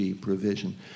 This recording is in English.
provision